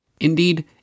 Indeed